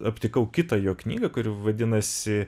aptikau kitą jo knygą kuri vadinasi